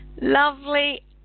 Lovely